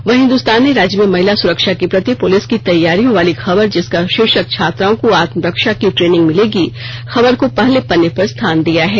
वहीं हिन्दुस्तान ने राज्य में महिला सुरक्षा के प्रति पुलिस की तैयारियों वाली खबर जिसका शीर्षक छात्राओं को आत्मरक्षा की ट्रेनिंग मिलेगी खबर को पहले पन्ने पर स्थान दिया है